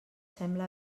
sembla